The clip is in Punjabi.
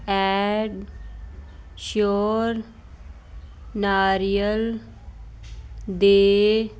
ਐਂਡ ਸ਼ਿਓਰ ਨਾਰੀਅਲ ਦੇ